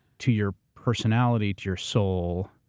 to your personality, to your soul,